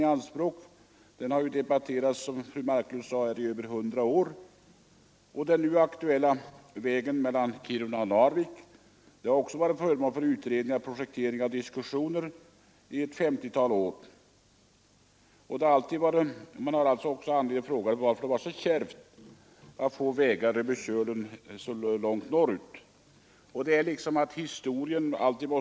Den har, som fru Marklund sade, debatterats i över 100 år. Den nu aktuella vägen mellan Kiruna och Narvik har varit föremål för utredningar, projekteringar och diskussioner i ett 50-tal år. Man har alltså all anledning fråga sig varför det skall vara så kärvt att få vägar över Kölen så här långt norrut. Historien upprepar sig alltid.